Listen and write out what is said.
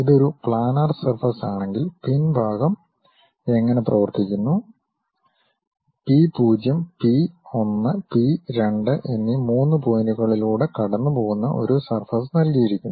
ഇത് ഒരു planar surface ആണെങ്കിൽപിൻഭാഗം അത് എങ്ങനെ പ്രവർത്തിക്കുന്നു പി 0 പി 1 പി 2 എന്നീ മൂന്ന് പോയിന്റുകളിലൂടെ കടന്നുപോകുന്ന ഒരു സർഫസ് നൽകിയിരിക്കുന്നു